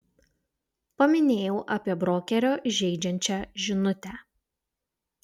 paminėjau apie brokerio žeidžiančią žinutę